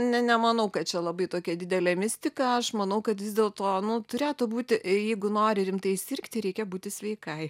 ne nemanau kad čia labai tokia didelė mistika aš manau kad vis dėlto turėtų būti jeigu nori rimtai sirgti reikia būti sveikai